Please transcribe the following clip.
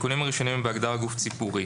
התיקונים הראשונים הם בהגדרת גוף ציבורי.